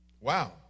Wow